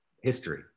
history